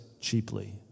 cheaply